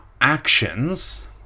actions